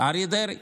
אריה דרעי.